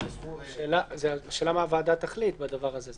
--- השאלה מה הוועדה תחליט בדבר הזה.